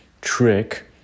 trick